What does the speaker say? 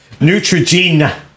Neutrogena